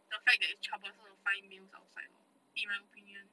the fact that it's troublesome to find meals outside lah in my opinion